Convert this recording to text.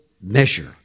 measure